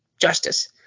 justice